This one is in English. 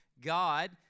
God